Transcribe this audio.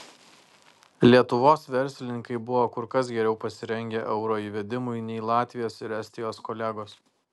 lietuvos verslininkai buvo kur kas geriau pasirengę euro įvedimui nei latvijos ir estijos kolegos